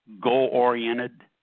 goal-oriented